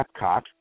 Epcot